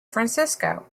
francisco